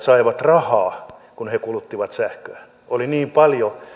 saivat rahaa kun he he kuluttivat sähköä oli niin paljon